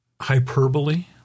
hyperbole